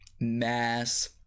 mass